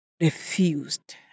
refused